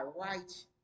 right